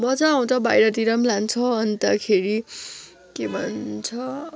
मजा आउँछ बाहिरतिर पनि लान्छ अन्तखेरि के भन्छ